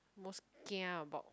most kia about